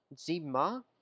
Zima